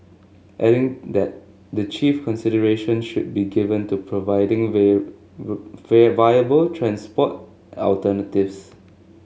adding that the chief consideration should be given to providing will would where viable transport alternatives